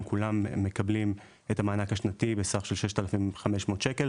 הם כולם מקבלים את המענק השנתי הקודם בסך 6500 שקל,